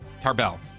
Tarbell